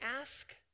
ask